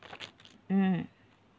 mm